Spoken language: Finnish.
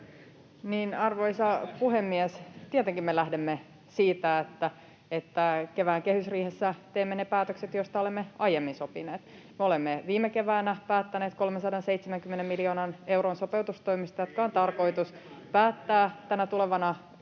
Arvoisa puhemies! Tietenkin me lähdemme siitä, että kevään kehysriihessä teemme ne päätökset, joista olemme aiemmin sopineet. Me olemme viime keväänä päättäneet 370 miljoonan euron sopeutustoimista, [Ben Zyskowicz: Ei tule riittämään!]